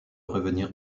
revenir